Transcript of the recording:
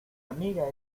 amiga